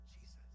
Jesus